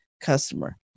customer